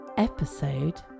episode